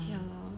ya lor